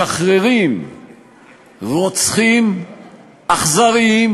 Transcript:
משחררים רוצחים אכזריים